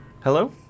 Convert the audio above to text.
Hello